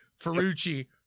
Ferrucci